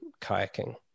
kayaking